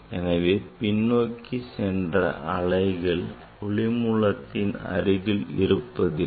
எனவே பின்னோக்கி சென்ற அலைகள் ஒளி மூலத்தின் அருகில் இருப்பதில்லை